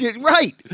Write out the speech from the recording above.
Right